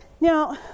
Now